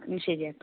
ശരിയാക്കാം